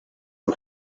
the